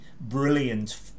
brilliant